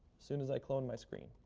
soon as i clone my screen.